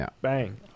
Bang